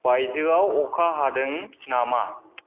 बाइजोआव अखा हादों ना मा